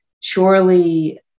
Surely